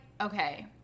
Okay